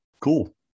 Cool